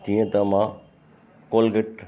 जीअं त मां कोलगेट